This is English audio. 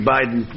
Biden